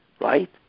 right